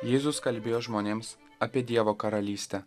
jėzus kalbėjo žmonėms apie dievo karalystę